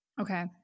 Okay